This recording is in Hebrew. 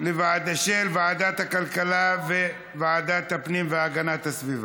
לוועדת הכלכלה וועדת הפנים והגנת הסביבה.